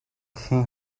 хэн